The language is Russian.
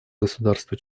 государства